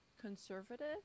conservative